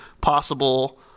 possible